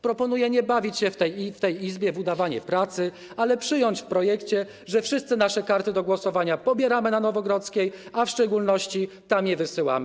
Proponuję nie bawić się w tej Izbie w udawanie pracy, ale przyjąć w projekcie, że wszyscy nasze karty do głosowania pobieramy na Nowogrodzkiej, a w szczególności, że tam je wysyłamy.